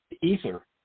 ether